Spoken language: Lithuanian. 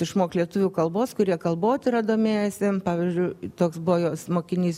išmokt lietuvių kalbos kurie kalbotyra domėjosi pavyzdžiui toks buvo jos mokinys